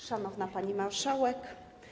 Szanowna Pani Marszałek!